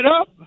up